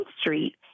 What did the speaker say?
Street